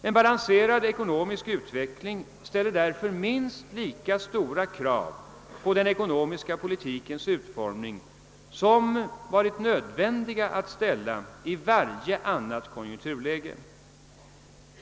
En balanserad ekonomisk utveckling ställer därför minst lika stora krav på den ekonomiska politikens utformning som det varit nödvändigt att ställa i varje annat konjunkturläge.